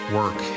work